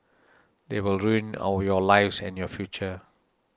they will ruin all your lives and your future